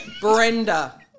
Brenda